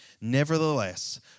Nevertheless